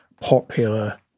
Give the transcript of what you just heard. popular